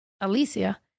Alicia